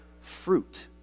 fruit—